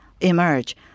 emerge